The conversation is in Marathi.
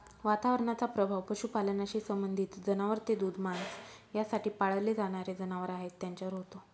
वातावरणाचा प्रभाव पशुपालनाशी संबंधित जनावर जे दूध, मांस यासाठी पाळले जाणारे जनावर आहेत त्यांच्यावर होतो